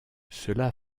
cela